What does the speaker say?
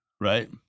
right